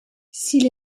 s’il